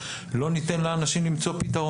לא ניתן לאנשים למצוא פתרון.